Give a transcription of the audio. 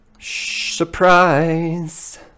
Surprise